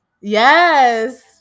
yes